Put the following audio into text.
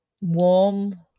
warm